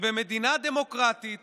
שבמדינה דמוקרטית